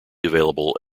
available